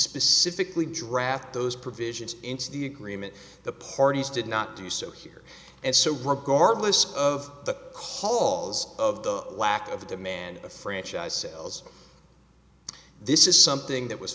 specifically draft those provisions into the agreement the parties did not do so here and so regardless of the halls of the lack of demand a franchise sells this is something that was